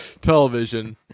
television